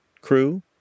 crew